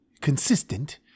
consistent